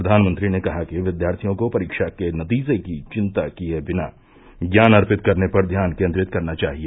प्रधानमंत्री ने कहा कि विद्यार्थियों को परीक्षा के नतीजे की चिंता किये बिना ज्ञान अर्जित करने पर ध्यान केन्द्रित करना चाहिए